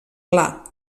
pla